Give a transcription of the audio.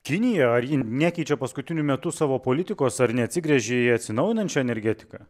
kinija ar ji nekeičia paskutiniu metu savo politikos ar neatsigręžia į atsinaujinančią energetiką